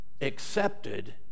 accepted